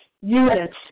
units